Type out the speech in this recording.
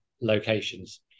locations